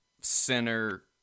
center